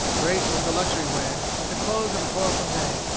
great was the luxury when, at the close of a toilsome day,